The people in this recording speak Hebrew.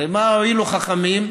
הרי מה הועילו חכמים,